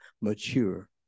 mature